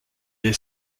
est